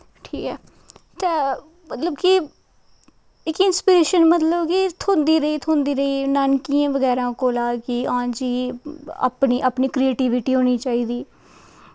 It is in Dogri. ठीक ऐ ते मतलब कि इक इंस्पिरिशन मतलब कि थ्होंदी रेही थ्होंदी रेही नानकियें बगैरा कोला कि हां जी अपनी क्रेटीबिटी होनी चाहिदी